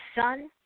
son